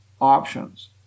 options